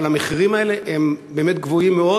אבל המחירים האלה הם באמת גבוהים מאוד